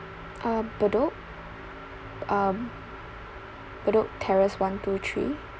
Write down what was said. uh bedok bedok terrace one two three